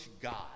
God